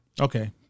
Okay